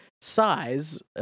size